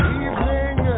evening